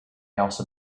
also